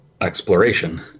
exploration